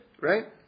right